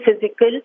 physical